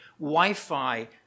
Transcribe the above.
wi-fi